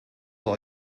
all